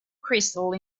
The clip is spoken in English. crystal